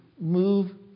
move